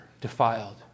defiled